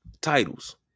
titles